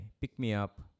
pick-me-up